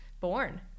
born